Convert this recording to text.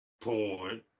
porn